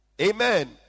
Amen